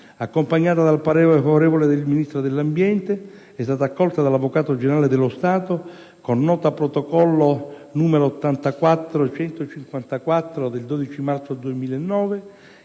accompagnata dal parere favorevole del Ministro dell'ambiente, è stata accolta dall'Avvocato generale dello Stato con nota protocollo n. 84154 del 12 marzo 2009,